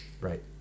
right